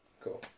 Cool